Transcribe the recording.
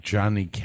Johnny